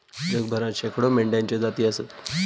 जगभरात शेकडो मेंढ्यांच्ये जाती आसत